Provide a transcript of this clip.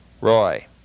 Roy